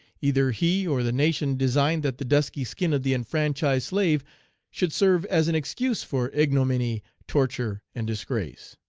either he or the nation designed that the dusky skin of the enfranchised slave should serve as an excuse for ignominy, torture, and disgrace.